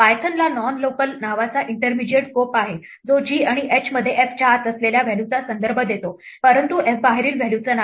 Python ला non local नावाचा intermediate scope आहे जो g आणि h मध्ये f च्या आत असलेल्या व्हॅल्यूचा संदर्भ देतो परंतु f बाहेरील व्हॅल्यूचा नाही